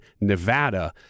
Nevada